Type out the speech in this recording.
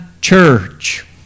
church